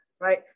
right